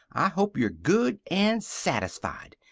i hope you're good an' satisfied.